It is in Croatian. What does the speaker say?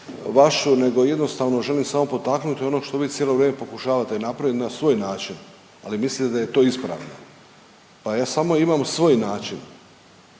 vašu nego jednostavno želim samo potaknuti ono što vi cijelo vrijeme pokušavate napravit na svoj način, ali mislite da je to ispravno. Pa ja samo imam svoj način